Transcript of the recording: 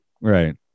right